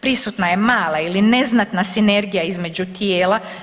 Prisutna je mala ili neznatna sinergija između tijela.